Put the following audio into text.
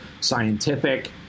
scientific